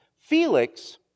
Felix